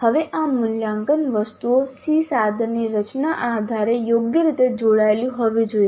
હવે આ મૂલ્યાંકન વસ્તુઓ SEE સાધનની રચનાના આધારે યોગ્ય રીતે જોડાયેલી હોવી જોઈએ